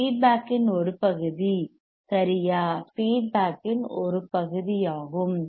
feedback இன் ஒரு பகுதி சரியா ஃபீட்பேக் இன் ஒரு பகுதியாகும்